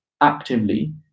actively